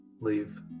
leave